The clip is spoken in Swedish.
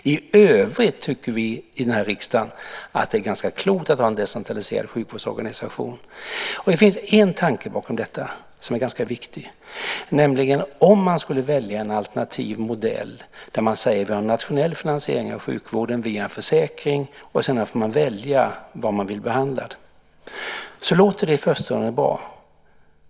I övrigt tycker vi i den här riksdagen att det är ganska klokt att ha en decentraliserad sjukvårdsorganisation. Det finns en tanke bakom detta som är ganska viktig, nämligen om man skulle välja en alternativ modell där man säger att vi har en nationell finansiering av sjukvården via försäkring och sedan får människor välja var de vill bli behandlad. Det låter i förstone bra.